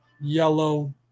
yellow